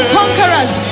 conquerors